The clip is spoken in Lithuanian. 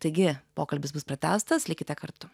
taigi pokalbis bus pratęstas likite kartu